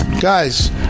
Guys